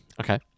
Okay